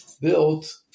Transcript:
built